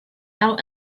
out